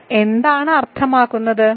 ഇത് എന്താണ് അർത്ഥമാക്കുന്നത്